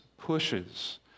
Pushes